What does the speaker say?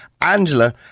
Angela